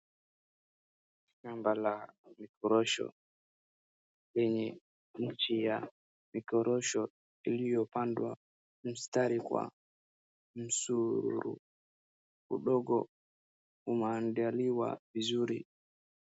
Samba la mikorosho yenye nchi ya mikorosho iliyo pandwa mstari kwa misururu. Udongo umeandaliwa vizuri.